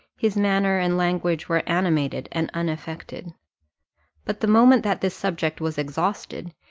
his manner and language were animated and unaffected but the moment that this subject was exhausted,